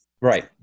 Right